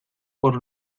por